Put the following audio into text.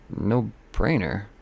no-brainer